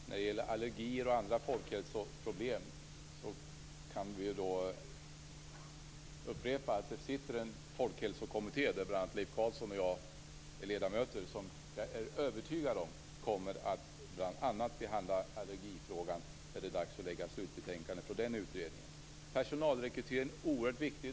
Fru talman! När det gäller allergier och andra folkhälsoproblem kan jag upprepa att den folkhälsokommitté där bl.a. Leif Carlson och jag är medlemmar, är jag övertygad om kommer att bl.a. behandla allergifrågan när det är dags att lägga fram slutbetänkandet från den utredningen. Personalrekryteringen är oerhört viktig.